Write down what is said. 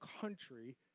country